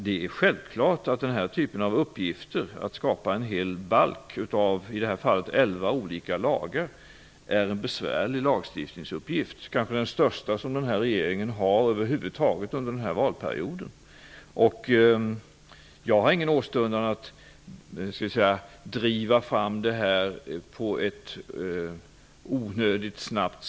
Den här typen av uppgift -- att skapa en hel balk av, i det här fallet, elva olika lagar -- är en besvärlig lagstiftningsuppgift. Det är kanske den största lagstiftningsuppgift som regeringen över huvud taget har haft under den här valperioden. Jag har ingen åstundan att driva fram detta onödigt snabbt.